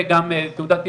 וגם תעודת עיוור,